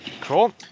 cool